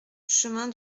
chemin